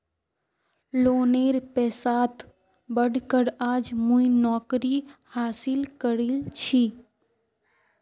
लोनेर पैसात पढ़ कर आज मुई नौकरी हासिल करील छि